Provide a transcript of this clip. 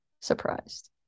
surprised